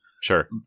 Sure